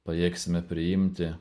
pajėgsime priimti